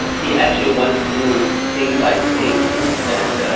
he actually went through scene by scene and